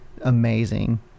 Amazing